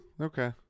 Okay